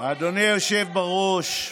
אדוני היושב בראש,